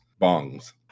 bongs